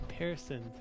comparison